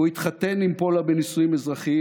הוא התחתן עם פולה בנישואים אזרחיים,